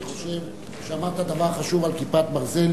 אני חושב שאמרת דבר חשוב על "כיפת ברזל".